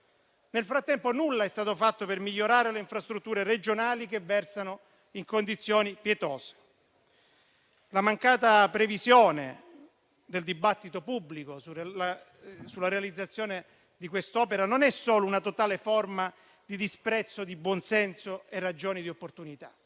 Nel frattempo nulla è stato fatto per migliorare le infrastrutture regionali che versano in condizioni pietose. La mancata previsione del dibattito pubblico sulla realizzazione di quest'opera non è solo una totale forma di disprezzo del buon senso e di ragioni di opportunità,